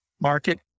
market